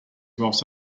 while